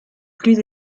plus